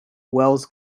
wells